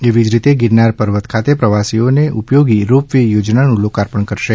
એવી જ રીતે ગીરનાર પર્વત ખાતે પ્રવાસીઓને ઉપયોગી રોપ વે યોજનાનું લોકાર્પણ કરાશે